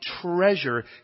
treasure